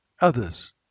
Others